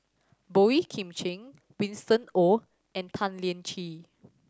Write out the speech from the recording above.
Boey Kim Cheng Winston Oh and Tan Lian Chye